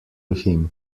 him